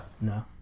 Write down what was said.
No